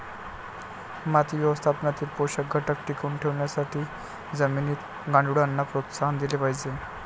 माती व्यवस्थापनातील पोषक घटक टिकवून ठेवण्यासाठी जमिनीत गांडुळांना प्रोत्साहन दिले पाहिजे